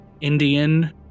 Indian